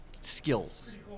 skills